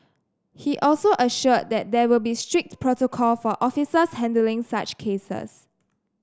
he also assured that there will be strict protocol for officers handling such cases